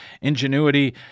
Ingenuity